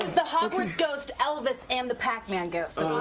the ghost elvis and the packman goes.